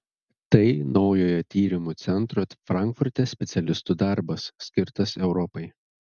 tai naujojo tyrimų centro frankfurte specialistų darbas skirtas europai